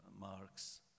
Marx